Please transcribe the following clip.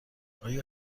آیا